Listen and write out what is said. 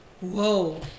whoa